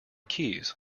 keys